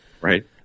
right